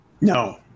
No